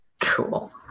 Cool